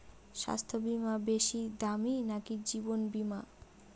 স্বাস্থ্য বীমা বেশী দামী নাকি জীবন বীমা?